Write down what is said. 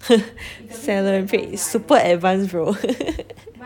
celebrate it's super advance bro